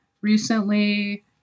recently